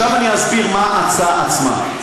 עכשיו אני אסביר מה ההצעה עצמה.